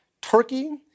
Turkey